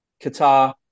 Qatar